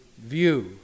view